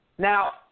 Now